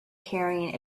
carrying